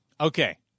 Okay